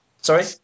Sorry